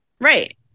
right